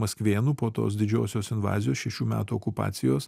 maskvėnų po tos didžiosios invazijos šešių metų okupacijos